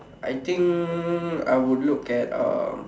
I think I would look at uh